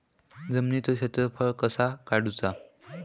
जमिनीचो क्षेत्रफळ कसा काढुचा?